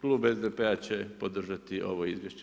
Klub SDP-a će podržati ovo izvješće.